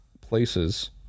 places